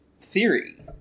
theory